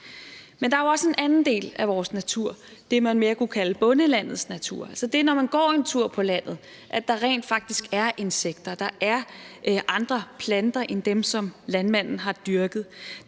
Men der er jo også en anden del af vores natur – det, man mere kunne kalde bondelandets natur. Det er, når man går en tur på landet, og at der rent faktisk er insekter, at der er andre planter end dem, som landmanden har dyrket